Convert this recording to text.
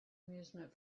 amusement